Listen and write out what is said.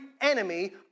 enemy